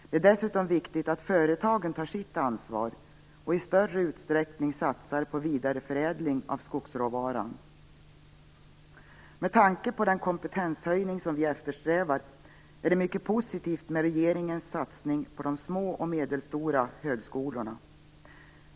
Det är dessutom viktigt att företagen tar sitt ansvar och i större utsträckning satsar på vidareförädling av skogsråvaran. Med tanke på den kompetenshöjning som vi eftersträvar är det mycket positivt med regeringens satsning på de små och medelstora högskolorna.